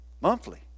monthly